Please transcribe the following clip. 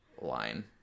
line